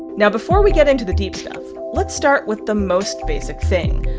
now, before we get into the deep stuff, let's start with the most basic thing.